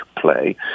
play